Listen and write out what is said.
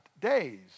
days